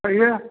भैया